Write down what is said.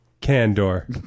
Candor